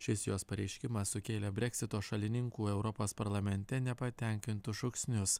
šis jos pareiškimas sukėlė breksito šalininkų europos parlamente nepatenkintus šūksnius